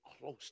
close